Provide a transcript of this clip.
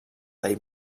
they